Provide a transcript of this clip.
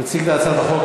תציג את הצעת החוק.